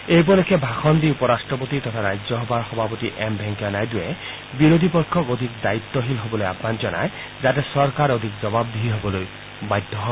এই উপলক্ষে ভাষণ দি উপৰাট্টপতি তথা ৰাজ্যসভাৰ সভাপতি এম ভেংকয়া নাইডুৱে বিৰোধী পক্ষক অধিক দায়িত্বশীল হ'বলৈ আহান জনায় যাতে চৰকাৰ অধিক জবাবদিহি হবলৈ বাধ্য হয়